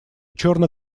черно